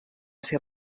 ser